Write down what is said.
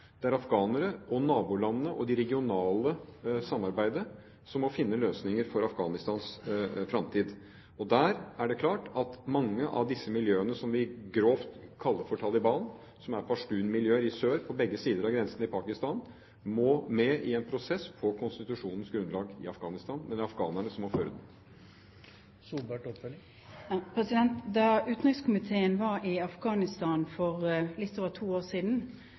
Det er afghanere og nabolandene og det regionale samarbeidet som må finne løsninger for Afghanistans framtid. Og der er det klart at mange av disse miljøene som vi grovt kaller for Taliban, som er pashtun-miljøer i sør på begge sider av grensen til Pakistan, må med i en prosess på konstitusjonens grunnlag i Afghanistan, men det er afghanerne som må føre den. Da utenrikskomiteen var i Afghanistan for litt over to år siden,